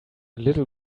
little